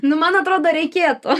nu man atrodo reikėtų